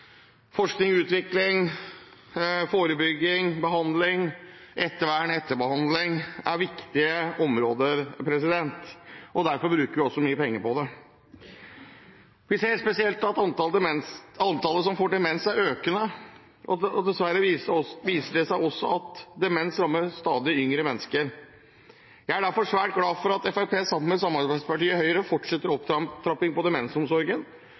forskning, utvikling, forebygging, behandling, ettervern og etterbehandling. Dette er viktige områder. Derfor bruker vi også mye penger på det. Vi ser spesielt at antallet som får demens, er økende. Dessverre viser det seg også at demens rammer stadig yngre mennesker. Jeg er derfor svært glad for at Fremskrittspartiet, sammen med samarbeidspartiet Høyre, fortsetter opptrappingen i demensomsorgen,